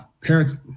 parents